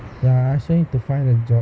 ya I also need to find a job